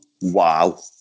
wow